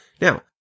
Now